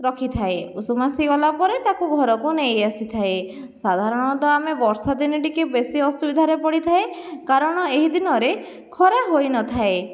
ରଖିଥାଏ ଉଷୁମ ଆସିଗଲା ପରେ ତାକୁ ଘରକୁ ନେଇଆସିଥାଏ ସାଧାରଣତଃ ଆମେ ବର୍ଷାଦିନେ ଟିକିଏ ବେଶି ଅସୁବିଧା ପଡ଼ିଥାଏ କାରଣ ଏହି ଦିନରେ ଖରା ହୋଇନଥାଏ